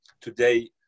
today